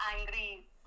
angry